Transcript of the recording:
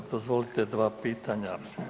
Dozvolite dva pitanja.